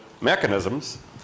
mechanisms